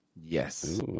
Yes